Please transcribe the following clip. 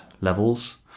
levels